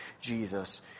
Jesus